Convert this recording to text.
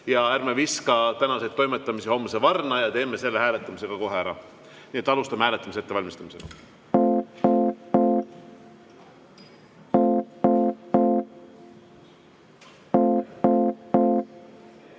Ärme viskame tänaseid toimetusi homse varna ja teeme selle hääletuse kohe ära. Nii et alustame hääletuse ettevalmistamist.